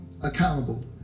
accountable